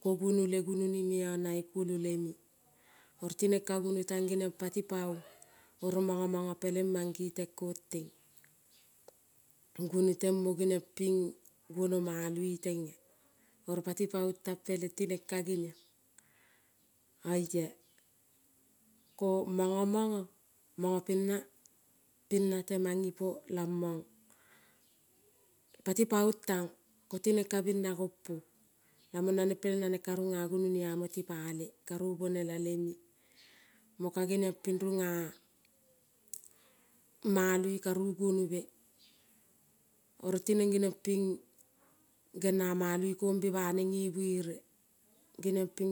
ko guono le gunoni meo na kuoio leme. Oro tinen ka guono tan genion pati paon oro mono mano pelen mono mange ten kon ten guonoten mogeniompin, guono maloi ten gunono maloi tena. Oro pati paon tan pelen kagenion oia komono mono mono pena, pena teman ipo lamon, pati tan koti nen kabena gon po. Lamon nanen pelen karuna gunoni amo tipale karu bonela leme mo ka geniompin, runa maloi karu gunobe oro tinen geniompin genia maloi bekon banen ne buere genion pin.